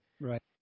Right